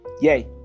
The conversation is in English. Yay